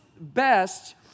best